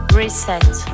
reset